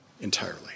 entirely